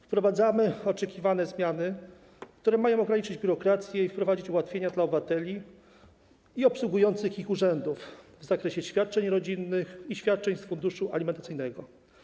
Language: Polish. Wprowadzamy oczekiwane zmiany, które mają ograniczyć biurokrację i wprowadzić ułatwienia dla obywateli i obsługujących ich urzędów w zakresie świadczeń rodzinnych i świadczeń z funduszu alimentacyjnego.